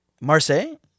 Marseille